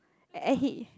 and and he